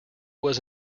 was